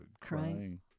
crying